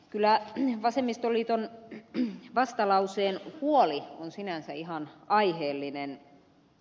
kyllä vasemmistoliiton vastalauseen huoli on sinänsä ihan aiheellinen